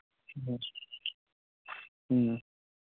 ꯎꯝ ꯎꯝ